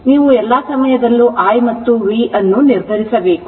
ನೀವು ಎಲ್ಲಾ ಸಮಯದಲ್ಲೂ I ಮತ್ತು V ಅನ್ನು ನಿರ್ಧರಿಸಬೇಕು